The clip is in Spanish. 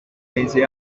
vence